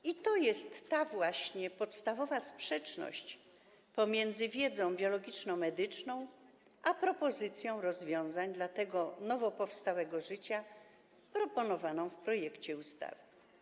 I to jest ta właśnie podstawowa sprzeczność pomiędzy wiedzą biologiczno-medyczną a propozycją rozwiązań dla tego nowo powstałego życia zawartą w projekcie ustawy.